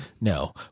no